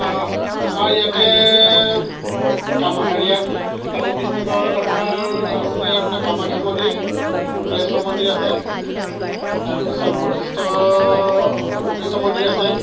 আমাৰ ইয়াতে কাম হেৰিয়াত কামৰূপ ডিষ্ট্ৰিকত আপোনাৰ আছে আপোনাৰ কামাখ্যা মন্দিৰ শুক্লেশ্বৰ মন্দিৰ আছে তাৰপিছত বশিষ্ঠ বশিষ্ঠ মন্দিৰ আছে